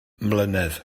mlynedd